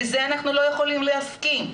לזה אנחנו לא יכולים להסכים.